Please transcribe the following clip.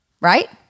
Right